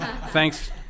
Thanks